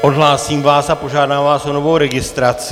Odhlásím vás a požádám vás o novou registraci.